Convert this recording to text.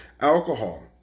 Alcohol